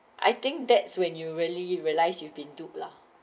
I think that's when you really realize you've been tube lah